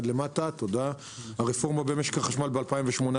הרפורמה במשק החשמל ב-2018,